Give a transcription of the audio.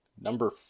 number